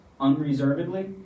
unreservedly